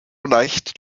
leicht